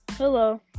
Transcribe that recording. Hello